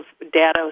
data